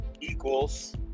equals